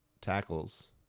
tackles